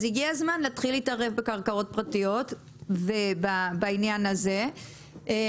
אז הגיע הזמן להתחיל להתערב בקרקעות פרטיות בעניין הזה חד-משמעית.